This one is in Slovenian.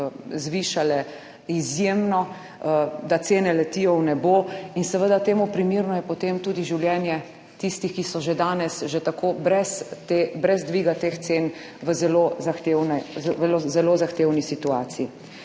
zvišale izjemno. Da cene letijo v nebo in seveda temu primerno je potem tudi življenje tistih, ki so že danes že tako brez dviga teh cen v zelo zahtevni situaciji.